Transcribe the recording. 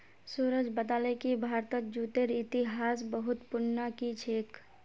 सूरज बताले कि भारतत जूटेर इतिहास बहुत पुनना कि छेक